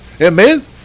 Amen